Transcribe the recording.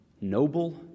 noble